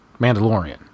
Mandalorian